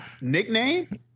nickname